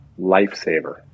lifesaver